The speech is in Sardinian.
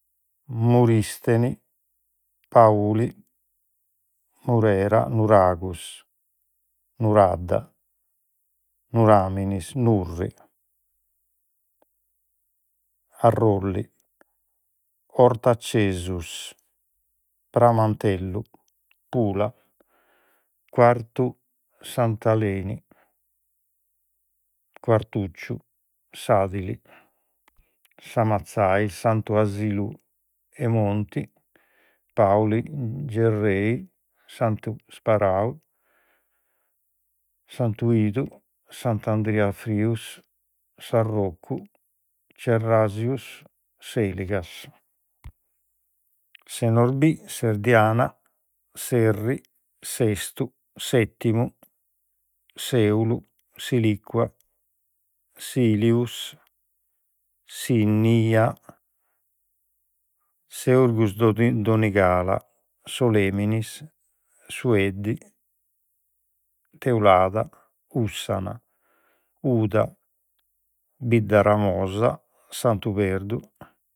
Muristeni Pauli Murera Nuragus Nuradda Nuraminis Nurri Arrolli Ortacesus Pramantellu Pula Quartu Sant'Aleni Quartucciu Sadili Samatzai Santu 'Asili 'e Monti Pauli Gerrei Santu Sparau Santuidu Sant'Andria ‘e Frius Sarrocu Ceraxius Seligas Senobrì Serdiana Serri Sestu Setimu Seulu Silicua Silius Sinnia Seurgus Donigala Soleminis Sueddi Teulada Ùssana Uda Biddaramosa Santu Perdu